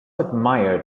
admired